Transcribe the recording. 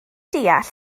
deall